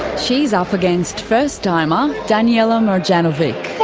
she's up against first-timer daniella marjanovic.